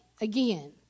again